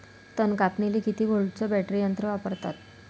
तन कापनीले किती व्होल्टचं बॅटरी यंत्र वापरतात?